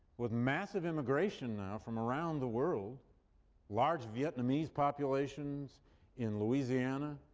with massive immigration now from around the world large vietnamese populations in louisiana,